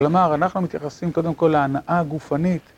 כלומר, אנחנו מתייחסים קודם כל להנאה גופנית.